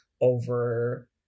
over